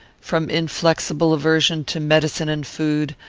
from inflexible aversion to medicine and food,